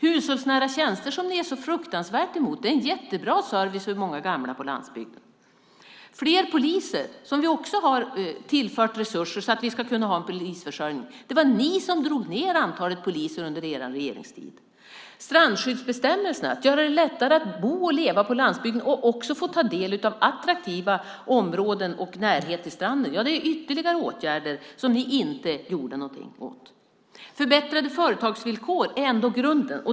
Hushållsnära tjänster, som ni är så fruktansvärt emot, är en jättebra service för många gamla på landsbygden. Fler poliser har vi också tillfört resurser till så att vi ska kunna ha en polisförsörjning. Det var ni som drog ned antalet poliser under er regeringstid. Strandskyddsbestämmelserna och att göra det lättare att bo och leva på landsbygden och också få ta del av attraktiva områden och närhet till stranden är ytterligare åtgärder, men där gjorde ni ingenting. Förbättrade företagsvillkor är ändå grunden.